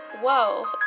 whoa